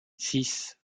six